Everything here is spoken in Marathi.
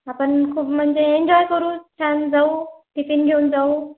आपण खूप म्हणजे एन्जॉय करू छान जाऊ टिफिन घेऊन जाऊ